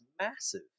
massive